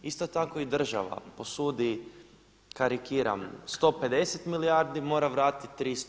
Isto tako i država posudi karikiram 150 milijardi, mora vratiti 300.